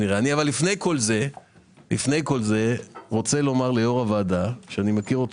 לפני כל זה אני רוצה לומר ליו"ר הוועדה שאני מכיר אותו